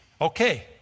Okay